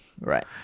Right